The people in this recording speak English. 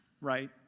right